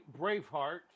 Braveheart